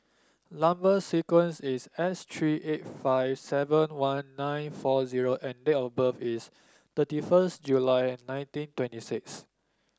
number sequence is S three eight five seven one nine four zero and date of birth is thirty first July nineteen twenty six